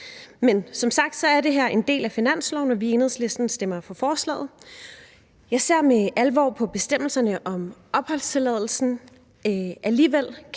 er som sagt en del af finansloven, og i Enhedslisten stemmer vi for forslaget. Jeg ser med alvor på bestemmelserne om, at opholdstilladelsen alligevel